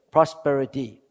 Prosperity